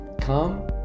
come